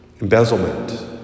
embezzlement